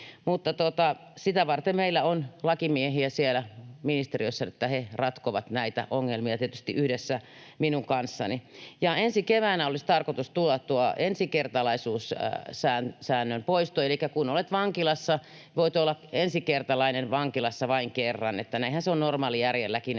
sitä varten meillä on lakimiehiä siellä ministeriössä, että he ratkovat näitä ongelmia, tietysti yhdessä minun kanssani. Ensi keväänä olisi tarkoitus tulla tuo ensikertalaisuussäännön poisto, elikkä kun olet vankilassa, voit olla ensikertalainen vankilassa vain kerran. Näinhän se on normaalijärjelläkin,